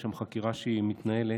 יש שם חקירה שהיא מתנהלת.